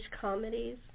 comedies